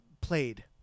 played